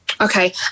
Okay